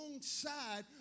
side